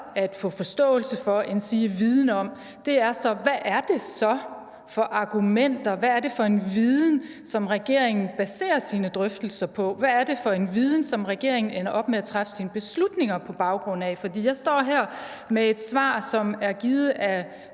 at få forståelse for endsige viden om, er, hvad det så er for argumenter, hvad det er for en viden, som regeringen baserer sine drøftelser på. Hvad er det for en viden, som regeringen ender op med at træffe sine beslutninger på baggrund af? Jeg står her med et svar, som er givet af